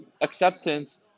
acceptance